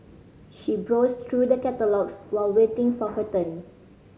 she browsed through the catalogues while waiting for her turn